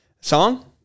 song